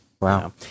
wow